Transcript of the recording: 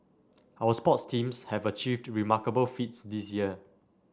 our sports teams have achieved remarkable feats this year